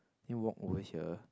then you walk over here